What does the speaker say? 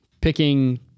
picking